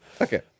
Okay